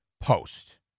Post